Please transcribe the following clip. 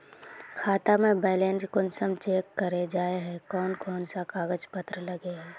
खाता में बैलेंस कुंसम चेक करे जाय है कोन कोन सा कागज पत्र लगे है?